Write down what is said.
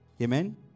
amen